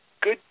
good